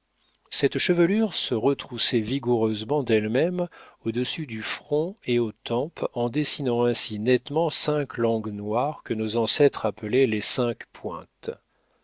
cette chevelure se retroussait vigoureusement d'elle-même au-dessus du front et aux tempes en dessinant ainsi nettement cinq langues noires que nos ancêtres appelaient les cinq pointes